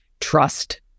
trust